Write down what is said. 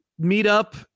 meetup